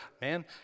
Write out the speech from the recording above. man